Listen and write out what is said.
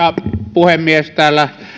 puhemies täällä